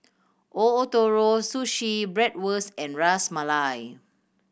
Ootoro Sushi Bratwurst and Ras Malai